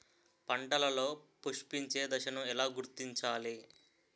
పంటలలో పుష్పించే దశను ఎలా గుర్తించాలి?